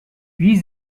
wie